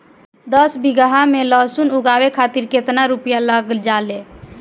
दस बीघा में लहसुन उगावे खातिर केतना रुपया लग जाले?